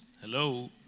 hello